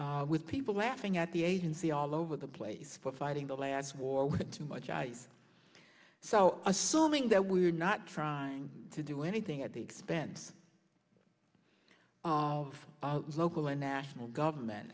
there with people laughing at the agency all over the place for fighting the last war with too much ice so assuming that we're not trying to do anything at the expense of local or national government